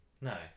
No